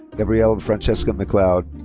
gabrielle francesca mcleod.